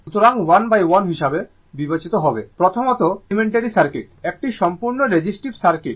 সুতরাং 11 হিসাবে বিবেচিত হবে প্রথমত এলিমেন্টারি সার্কিট একটি সম্পূর্ণ রেজিস্টিভ সার্কিট